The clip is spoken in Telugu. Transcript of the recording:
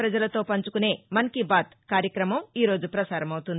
ప్రజలతో వంచుకొనే మన్ కీ బాత్ కార్యక్రమం ఈరోజు ప్రసారమవుతుంది